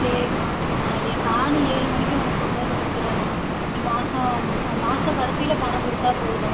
சரிம்மா நான் டான்னு ஏழு மணிக்கு உனக்கு கொண்டு வந்து கொடுத்துடுறேம்மா நீ மாதம் மாதக்கடைசில பணம் கொடுத்தா போதும்